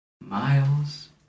Miles